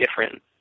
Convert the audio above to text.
different